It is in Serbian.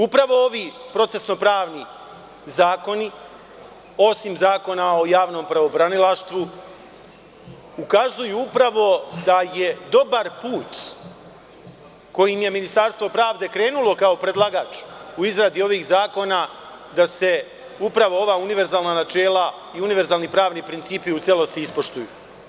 Upravo ovi procesno-pravni zakoni, osim Zakona o javnom pravobranilaštvu, ukazuju da je dobar put kojim je Ministarstvo pravde krenulo kao predlagač u izradi ovih zakona, da se upravo ova univerzalna načela i univerzalni pravni principi u celosti ispoštuju.